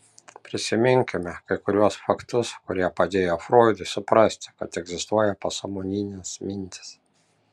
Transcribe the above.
prisiminkime kai kuriuos faktus kurie padėjo froidui suprasti kad egzistuoja pasąmoninės mintys